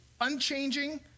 unchanging